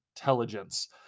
Intelligence